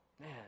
man